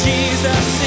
Jesus